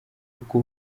kuko